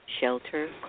shelter